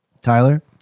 Tyler